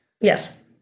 Yes